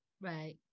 Right